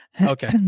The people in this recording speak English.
okay